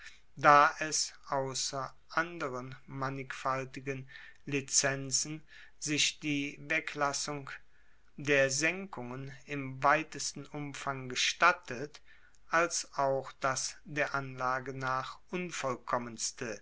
da es ausser anderen mannigfaltigen lizenzen sich die weglassung der senkungen im weitesten umfang gestattet als auch das der anlage nach unvollkommenste